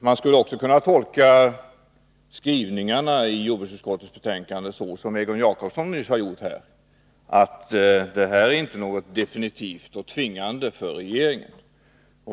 Man skulle också kunna tolka skrivningen i jordbruksutskottets betänkande så som Egon Jacobsson nyss gjorde, att detta inte är något definitivt och tvingande för regeringen.